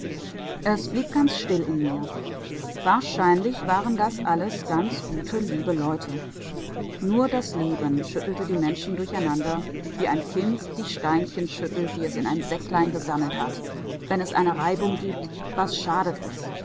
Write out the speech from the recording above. es blieb ganz still in mir wahrscheinlich waren das alles ganz gute liebe leute nur das leben schüttelte die menschen durcheinander wie ein kind die steinchen schüttelt die es in ein säcklein gesammelt hat wenn es eine reibung gibt was schadet es